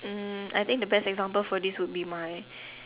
um I think the best example for this would be my